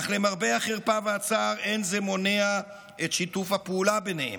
אך למרבה החרפה והצער אין זה מונע את שיתוף הפעולה ביניהם.